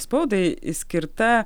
spaudai išskirta